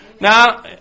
Now